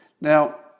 Now